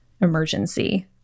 emergency